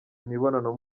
imibonano